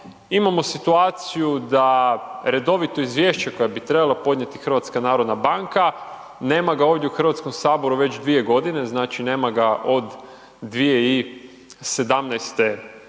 Imamo situaciju da redovito izvješće koje bi trebala podnijeti HNB nema ga ovdje u Hrvatskom saboru, već 2 g. znači nema ga od 2017. g.